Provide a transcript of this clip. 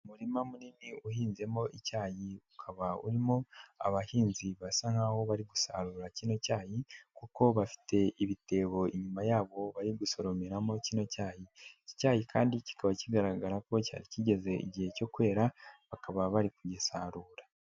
Umurima munini uhinzemo icyayi ukaba urimo abahinzi basa nk'aho bari gusarura kino cyayi, kuko bafite ibitebo inyuma yabo bari gusoromeramo kino cyayi. Iki cyayi kandi kikaba kigaragara ko cyari kigeze igihe cyo kwera, bakaba bari kugisarura.